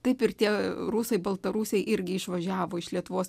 taip ir tie rusai baltarusiai irgi išvažiavo iš lietuvos